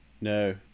No